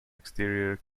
exterior